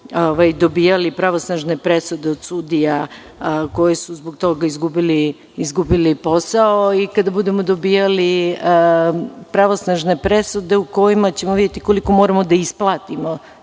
dobijali pravosnažne presude od sudija koje su zbog toga izgubili posao i kada budemo dobijali pravosnažne presude u kojima ćemo videti koliko moramo da isplatimo